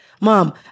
Mom